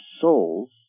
souls